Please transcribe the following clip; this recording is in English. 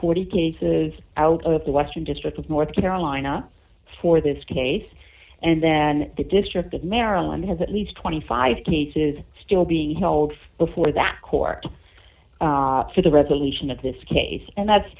forty cases out of the western district of north carolina for this case and then the district of maryland has at least twenty five cases still being held before that court for the resolution of this case and that's